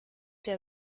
der